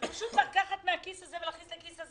זה פשוט לקחת מהכיס הזה ולהכניס לכיס הזה.